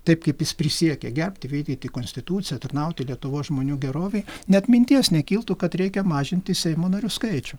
taip kaip jis prisiekia gerbti vykdyti konstituciją tarnauti lietuvos žmonių gerovei net minties nekiltų kad reikia mažinti seimo narių skaičių